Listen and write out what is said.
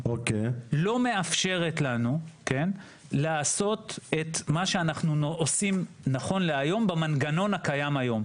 לא מאפשרת לנו לעשות את מה שאנחנו עושים נכון היום במנגנון הקיים היום.